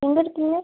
எங்கே இருக்கீங்க